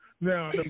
Now